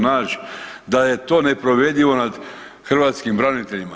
Nađ, da je to neprovedivo nad hrvatskim braniteljima.